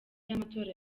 y’amatora